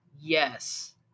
Yes